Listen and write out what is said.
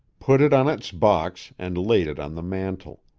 put it on its box, and laid it on the mantel.